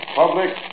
public